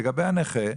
לגבי הנכה,